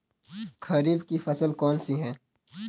खरीफ की फसल कौन सी है?